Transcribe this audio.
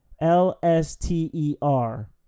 L-S-T-E-R